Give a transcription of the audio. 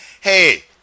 Hey